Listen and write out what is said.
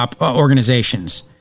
organizations